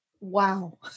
wow